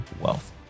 wealth